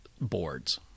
boards